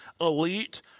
elite